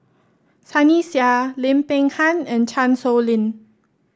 Sunny Sia Lim Peng Han and Chan Sow Lin